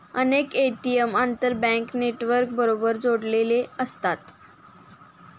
अनेक ए.टी.एम आंतरबँक नेटवर्कबरोबर जोडलेले असतात